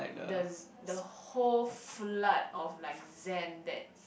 the the whole flood of like zen that's